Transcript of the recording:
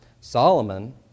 Solomon